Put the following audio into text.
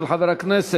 של חבר הכנסת